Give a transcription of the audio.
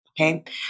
Okay